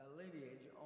lineage